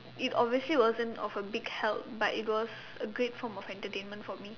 it obviously wasn't of a big help but it was a great form of entertainment for me